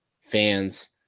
fans